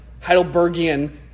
Heidelbergian